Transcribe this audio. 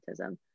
autism